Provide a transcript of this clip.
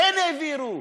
כן העבירו,